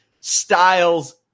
style's